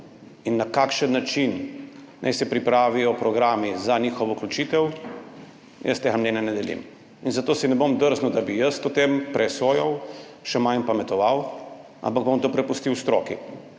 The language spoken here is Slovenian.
in na kakšen način naj se pripravijo programi za njihovo vključitev, jaz tega mnenja ne delim. Zato si ne bom drznil, da bi jaz o tem presojal, še manj pametoval, ampak bom to prepustil pedagoški